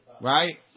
right